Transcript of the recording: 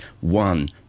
one